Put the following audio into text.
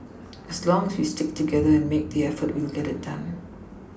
as long as we stick together and make the effort we will get it done